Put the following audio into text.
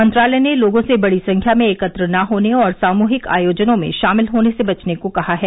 मंत्रालय ने लोगों से बड़ी संख्या में एकत्र न होने और सामूहिक आयोजनों में शामिल होने से बचने को कहा है